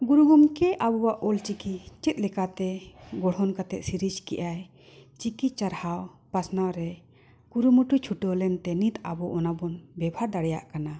ᱜᱩᱨᱩ ᱜᱚᱢᱠᱮ ᱟᱵᱚᱣᱟᱜ ᱚᱞᱪᱤᱠᱤ ᱪᱮᱫ ᱞᱮᱠᱟᱛᱮ ᱜᱚᱲᱦᱚᱱ ᱠᱟᱛᱮᱫ ᱠᱮᱫᱟᱭ ᱪᱤᱠᱤ ᱪᱟᱨᱦᱟᱣ ᱯᱟᱥᱱᱟᱣ ᱨᱮ ᱠᱩᱨᱩᱢᱩᱴᱩ ᱪᱷᱩᱴᱟᱹᱣ ᱞᱮᱱᱛᱮ ᱱᱤᱛ ᱟᱵᱚ ᱚᱱᱟ ᱵᱚᱱ ᱵᱮᱵᱚᱦᱟᱨ ᱫᱟᱲᱮᱭᱟᱜ ᱠᱟᱱᱟ